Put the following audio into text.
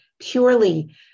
purely